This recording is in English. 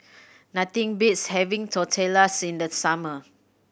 nothing beats having Tortillas in the summer